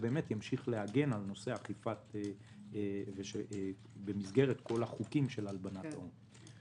וימשיך להגן על האכיפה במסגרת כל החוקים של הלבנת הון.